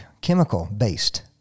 chemical-based